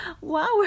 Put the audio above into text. Wow